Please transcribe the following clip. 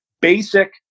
basic